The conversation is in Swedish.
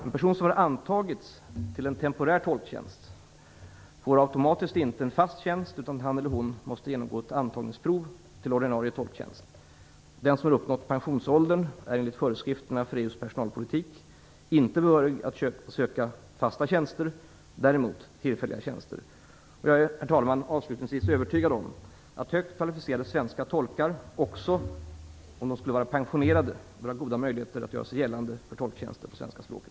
En person som har antagits till en temporär tolktjänst får inte automatiskt en fast tjänst, utan han eller hon måste genomgå ett antagningsprov till ordinarie tolktjänst. Den som har uppnått pensionsåldern är enligt föreskrifterna för EU:s personalpolitik inte behörig att söka fasta tjänster, däremot tillfälliga tjänster. Herr talman! Avslutningsvis är jag övertygad om att högt kvalificerade svenska tolkar, även om de skulle vara pensionerade, bör ha goda möjligheter att göra sig gällande för tolktjänster på det svenska språket.